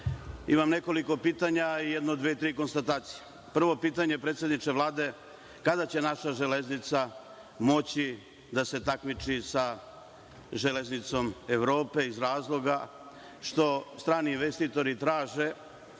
imam nekoliko pitanja i jedno dve, tri konstatacije. Prvo pitanje, predsedniče Vlade, je – kada će naša železnica moći da se takmiči sa železnicom Evrope, iz razloga što strani investitori traže